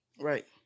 Right